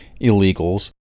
illegals